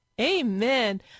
Amen